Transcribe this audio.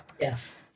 Yes